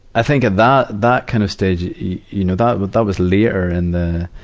i think that that, that kind of stayed, you know, that but that was later in the,